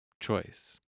choice